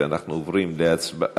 אנחנו עוברים להצבעה